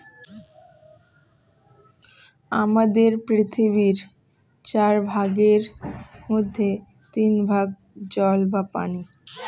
আমাদের পৃথিবীর চার ভাগের মধ্যে তিন ভাগ জল বা পানি